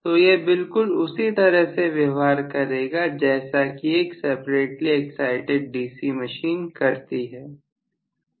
तो यह बिल्कुल उसी तरह से व्यवहार करेगी जैसा कि एक सेपरेटली एक्साइटिड डीसी मशीन करती है